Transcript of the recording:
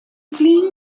flin